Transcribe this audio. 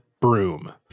broom